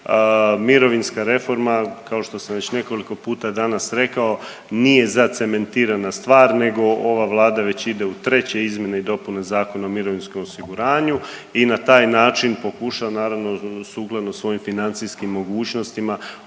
Mirovinska reforma kao što sam već nekoliko puta danas rekao nije zacementirana stvar, nego ova Vlada već ide u treće izmjene i dopune zakona o mirovinskom osiguranju i na taj način pokušava naravno sukladno svojim financijskim mogućnostima